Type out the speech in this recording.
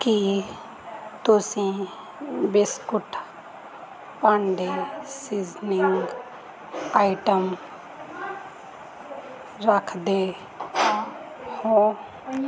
ਕੀ ਤੁਸੀਂ ਬਿਸਕੁਟ ਭਾਂਡੇ seasoning item ਰੱਖਦੇ ਹੋ ਹੋ